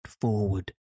forward